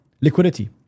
liquidity